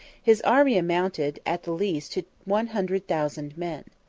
his army amounted, at the least, to one hundred thousand men.